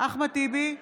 אחמד טיבי,